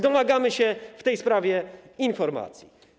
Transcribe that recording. Domagamy się w tej sprawie informacji.